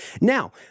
Now